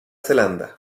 zelanda